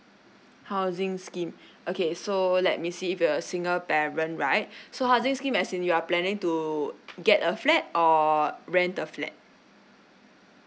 housing scheme okay so let me see if you're a single parent right so housing scheme as in you are planning to get a flat or rent a flat